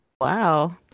wow